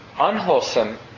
unwholesome